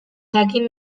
jakin